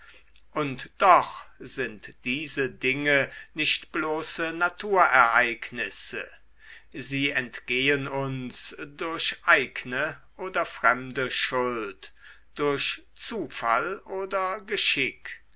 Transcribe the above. und doch sind diese dinge nicht bloße naturereignisse sie entgehen uns durch eigne oder fremde schuld durch zufall oder geschick